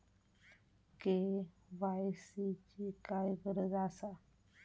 KYC ची काय गरज आसा?